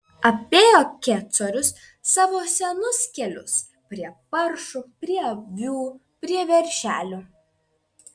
apėjo kecorius savo senus kelius prie paršų prie avių prie veršelių